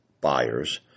buyers